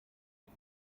die